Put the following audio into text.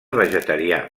vegetarià